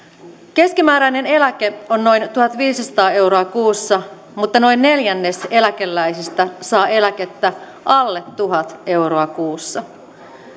keskimääräinen eläke on noin tuhatviisisataa euroa kuussa mutta noin neljännes eläkeläisistä saa eläkettä alle tuhat euroa kuussa